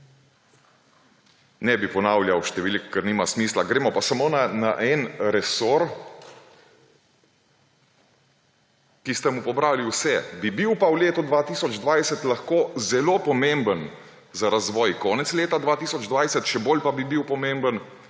Ne bi ponavljal številk, ker nima smisla, gremo pa samo na en resor, ki ste mu pobrali vse, bi bil pa v letu 2020 lahko zelo pomemben za razvoj konec leta 2020, še bolj pa bi bil pomemben